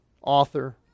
author